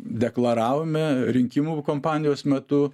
deklaravome rinkimų kampanijos metu